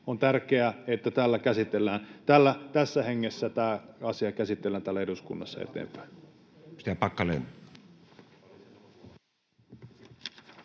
On tärkeää, että tässä hengessä tämä asia käsitellään täällä eduskunnassa eteenpäin.